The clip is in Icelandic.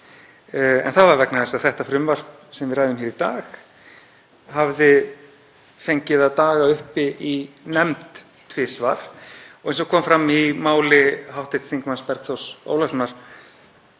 en það var vegna þess að það frumvarp sem við ræðum hér í dag hafði fengið að daga uppi í nefnd tvisvar. Eins og kom fram í máli hv. þm. Bergþórs Ólasonar